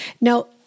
Now